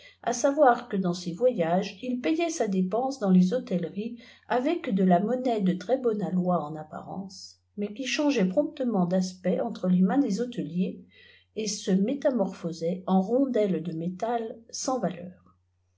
à savoir que dans ses voyages il payait sa dépense dansées hôtelleries avec de la monnaie de très-bon aloi en apparence mais qui changeait promptement d'aspect entre les mains des hôteliers et se métamorphosait en rondelles de métal sans valeur